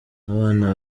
abana